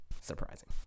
surprising